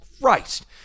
Christ